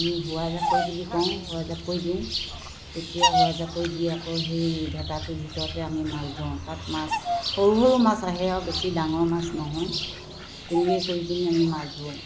আমি হোৱা জাকৈ বুলি কওঁ হোৱা জাকৈ দিওঁ তেতিয়া হোৱা জাকৈ দি আকৌ সেই ভেটাটোৰ ভিতৰতে আমি মাছ ধৰোঁ তাত মাছ সৰু সৰু মাছ আহে আৰু বেছি ডাঙৰ মাছ নহয় তেনেকৈ কৰি পিনি আমি মাছ ধৰোঁ